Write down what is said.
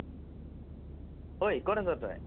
ঐ ক'ত আছ তই